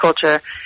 culture